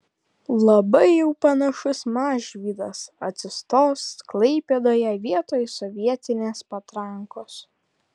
labai jau panašus mažvydas atsistos klaipėdoje vietoj sovietinės patrankos